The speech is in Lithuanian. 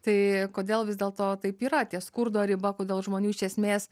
tai kodėl vis dėlto taip yra ties skurdo riba kodėl žmonių iš esmės